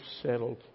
settled